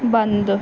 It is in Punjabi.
ਬੰਦ